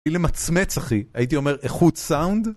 בלי למצמץ, אחי, הייתי אומר איכות סאונד...